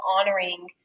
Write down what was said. honoring